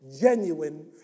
genuine